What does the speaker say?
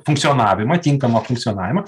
funkcionavimą tinkamą funkcionavimą